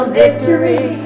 victory